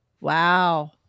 Wow